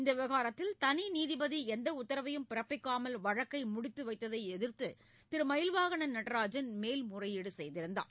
இந்த விவகாரத்தில் தனி நீதிபதி எந்த உத்தரவையும் பிறப்பிக்காமல் வழக்கை முடித்துவைத்ததை எதிர்த்து திரு மயில்வாகனன் நடராஜன் மேல்முறையீடு செய்தார்